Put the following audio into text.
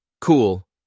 cool